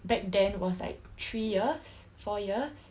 back then was like three years four years